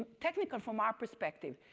technical from our perspective.